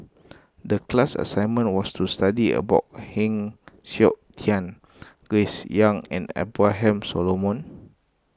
the class assignment was to study about Heng Siok Tian Grace Young and Abraham Solomon